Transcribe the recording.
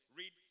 read